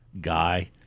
guy